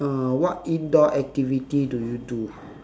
uh what indoor activity do you do